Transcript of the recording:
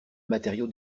matériau